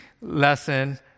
lesson